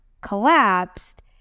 collapsed